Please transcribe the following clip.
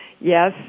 Yes